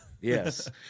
yes